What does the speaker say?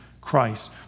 Christ